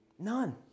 None